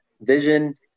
vision